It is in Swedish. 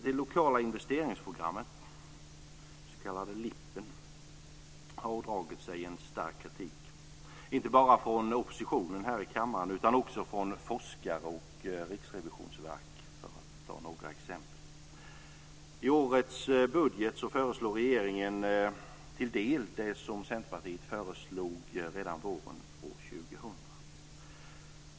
De lokala investeringsprogrammen, de s.k. LIP:arna, har ådragit sig stark kritik - inte bara från oppositionen i kammaren utan också från t.ex. I årets budget föreslår regeringen till del det som Centerpartiet föreslog redan våren 2000.